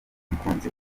umukunzi